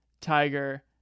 tiger